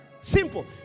Simple